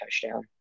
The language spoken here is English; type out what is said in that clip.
touchdown